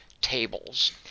tables